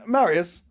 Marius